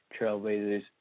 Trailblazers